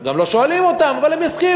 גם לא שואלים אותם, אבל הם יסכימו.